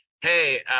hey